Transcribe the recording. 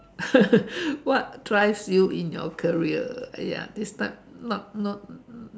what drives you in your career !aiya! this type not not